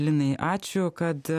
linai ačiū kad